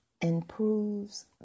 improves